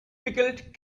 pickled